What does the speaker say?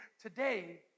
today